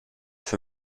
for